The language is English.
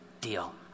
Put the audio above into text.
deal